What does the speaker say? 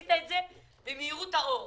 עשית זאת במהירות האור.